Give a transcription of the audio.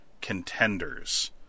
contenders